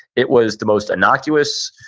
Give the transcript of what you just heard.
it was the most innocuous,